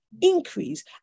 increase